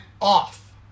off